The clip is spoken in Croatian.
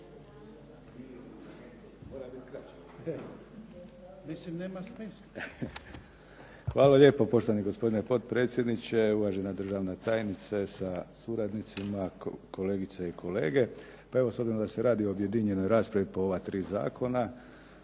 Hvala lijepo poštovani gospodine potpredsjedniče, uvažena državna tajnice sa suradnicima, kolegice i kolege. Pa evo s obzirom da se radi o objedinjenoj raspravi po ova tri zakona